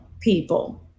people